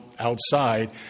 outside